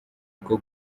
bwo